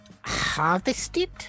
harvested